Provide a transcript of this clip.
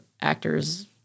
actors